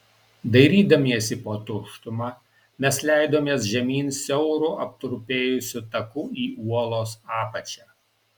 dairydamiesi po tuštumą mes leidomės žemyn siauru aptrupėjusiu taku į uolos apačią